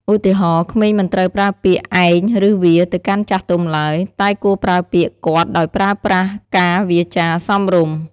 ឧទាហរណ៍ ក្មេងមិនត្រូវប្រើពាក្យ ឯង ឬ វា ទៅកាន់ចាស់ទុំឡើយ តែគួរប្រើពាក្យ គាត់ ដោយប្រើប្រាស់ការវាចារសមរម្យ។